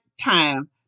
time